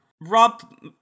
Rob